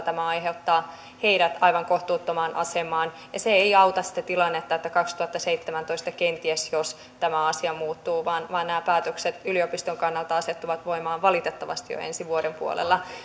tämä asettaa heidät aivan kohtuuttomaan asemaan ja se ei auta sitä tilannetta jos kaksituhattaseitsemäntoista kenties tämä asia muuttuu vaan nämä päätökset yliopiston kannalta asettuvat voimaan valitettavasti jo ensi vuoden puolella